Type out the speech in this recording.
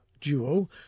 duo